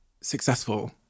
successful